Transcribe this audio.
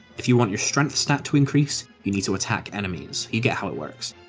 if you want your strength stat to increase, you need to attack enemies. you get how it works.